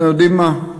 אתם יודעים מה,